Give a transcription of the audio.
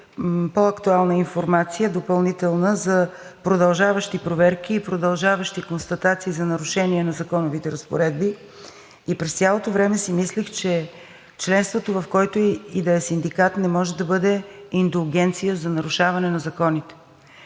по-актуална допълнителна информация за продължаващи констатации за нарушение на законовите разпоредби, и през цялото време си мислех, че членството в който и да е синдикат, не може да бъде индулгенция за нарушаване на законите.